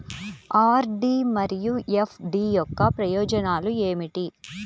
RD మరియు FD యొక్క ప్రయోజనాలు ఏమిటి?